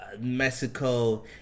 Mexico